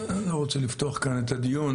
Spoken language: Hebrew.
אני לא רוצה לפתוח כאן את הדיון,